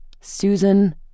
Susan